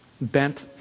bent